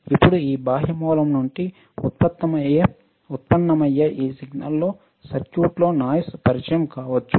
ఇప్పుడు ఈ బాహ్య మూలం నుండి ఉత్పన్నమయ్యే ఈ సిగ్నల్ లో సర్క్యూట్లో నాయిస్ పరిచయం కావచ్చు